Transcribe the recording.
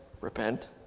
repent